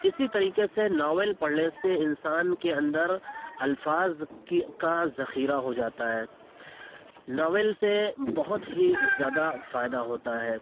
اسی طریکے سے ناول پڑھنے سے انسان کے اندر الفاظ کا ذخیرہ ہو جاتا ہے ناول سے بہت ہی زیادہ فائدہ ہوتا ہے